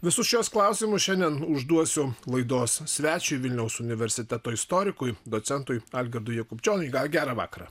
visus šiuos klausimus šiandien užduosiu laidos svečiui vilniaus universiteto istorikui docentui algirdui jakubčioniui gerą vakarą